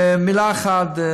מילה אחת,